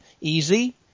easy